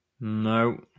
No